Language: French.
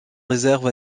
réserve